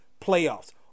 playoffs